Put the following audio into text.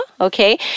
Okay